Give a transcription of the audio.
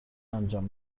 انجام